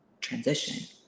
transition